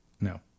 No